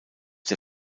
der